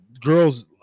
girls